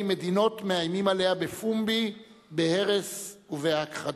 מדינות מאיימים עליה בפומבי בהרס ובהכחדה.